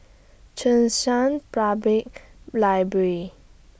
Cheng San Public Library